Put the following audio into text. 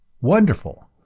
Wonderful